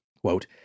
Quote